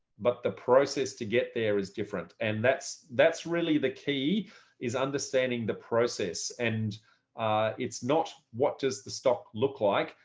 but the process to get there is different and that's that's really the key is understanding the process and it's not what does the stock look like?